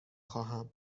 خواهم